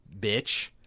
bitch